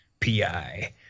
pi